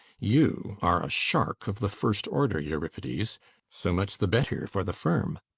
you are a shark of the first order, euripides. so much the better for the firm!